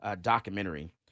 documentary